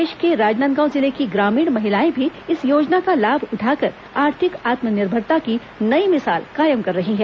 प्रदेश के राजनांदगांव जिले की ग्रामीण महिलाएं भी इस योजना का लाभ उठाकर आर्थिक आत्मनिर्भरता की नई मिसाल कायम कर रही हैं